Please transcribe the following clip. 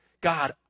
God